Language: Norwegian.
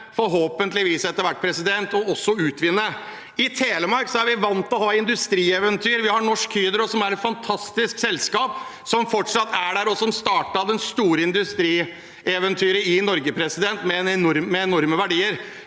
forhåpentligvis, etter hvert – å utvinne. I Telemark er vi vant til å ha industrieventyr. Vi har Norsk Hydro, som er et fantastisk selskap som fortsatt er der, og som startet det store industrieventyret i Norge, med enorme verdier.